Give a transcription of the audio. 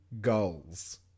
goals